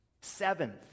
Seventh